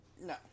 No